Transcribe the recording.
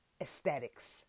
aesthetics